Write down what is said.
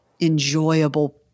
enjoyable